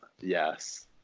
yes